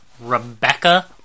Rebecca